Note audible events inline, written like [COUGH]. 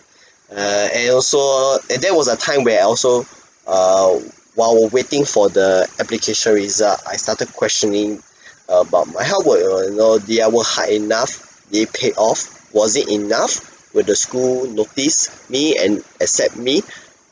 [BREATH] err and also and there was a time where I also err while waiting for the application result I started questioning [BREATH] about my how would I know did I work hard enough did it payoff was it enough will the school notice me and accept me [BREATH]